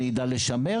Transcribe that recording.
אני אדע לשמר,